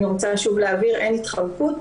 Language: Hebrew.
אני רוצה שוב להבהיר, אין התחמקות,